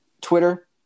Twitter